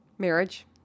Marriage